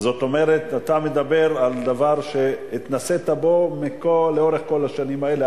זאת אומרת אתה מדבר על דבר שהתנסית בו לאורך כל השנים האלה,